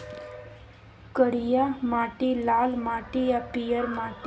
करिया माटि, लाल माटि आ पीयर माटि